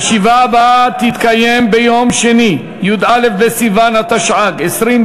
הישיבה הבאה תתקיים ביום שני, י"א בסיוון התשע"ג,